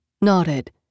nodded